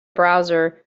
browser